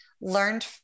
learned